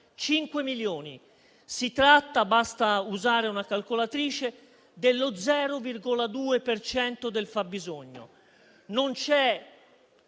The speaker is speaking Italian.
milioni. Si tratta - basta usare una calcolatrice - dello 0,2 per cento del fabbisogno. Non c'è